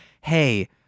hey